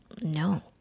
no